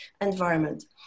environment